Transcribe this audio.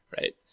right